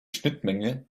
schnittmenge